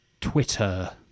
Twitter